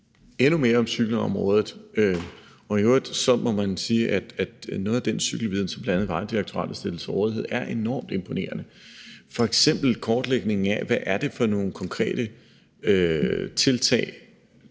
endnu mere om cykelområdet. Og i øvrigt må man sige, at noget af den cykelviden, som bl.a. Vejdirektoratet stiller til rådighed, er enormt imponerende – f.eks. kortlægningen af, hvad det er for nogle konkrete